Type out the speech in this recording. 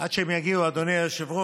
עד שהם יגיעו, אדוני היושב-ראש,